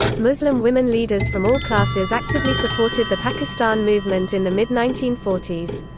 muslim women leaders from all classes actively supported the pakistan movement in the mid nineteen forty s.